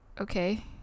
okay